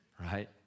Right